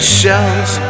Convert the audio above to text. shells